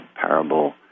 parable